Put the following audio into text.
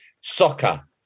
Soccer